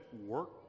work